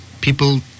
people